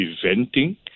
preventing